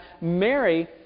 Mary